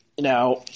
Now